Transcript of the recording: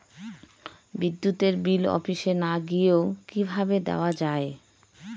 বিদ্যুতের বিল অফিসে না গিয়েও কিভাবে দেওয়া য়ায়?